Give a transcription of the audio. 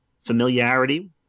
familiarity